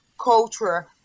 culture